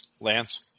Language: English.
Lance